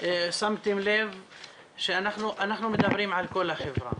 שמתם לב שאנחנו מדברים על כל החברה,